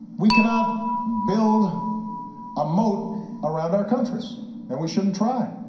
we cannot build a moat around our countries and we shouldn't try.